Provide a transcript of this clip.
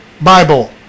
Bible